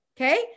Okay